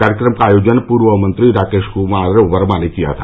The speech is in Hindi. कार्यक्रम का आयोजन पूर्व मंत्री राकेश कुमार वर्मा ने किया था